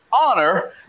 honor